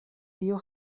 tio